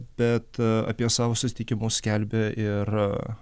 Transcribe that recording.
bet apie savo susitikimus skelbė ir